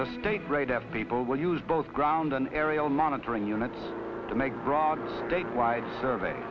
the state right of people will use both ground an aerial monitoring unit to make broad statewide survey